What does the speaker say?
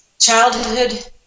childhood